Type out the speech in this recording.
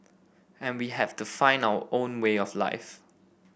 and we have to find our own way of life